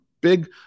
big